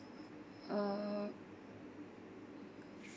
uh